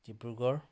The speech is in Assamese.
ডিব্ৰুগড়